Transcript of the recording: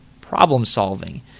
problem-solving